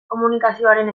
komunikazioaren